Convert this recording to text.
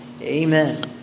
Amen